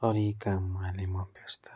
अरूइ काममा नै म व्यस्त